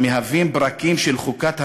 המהווים פרקים של חוקת המדינה,